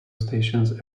stations